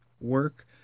work